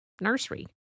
nursery